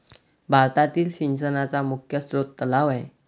भारतातील सिंचनाचा मुख्य स्रोत तलाव आहे